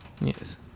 Yes